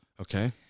okay